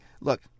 look